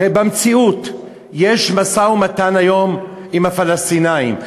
הרי במציאות יש משא-ומתן היום עם הפלסטינים,